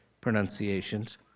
pronunciations